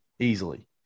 Easily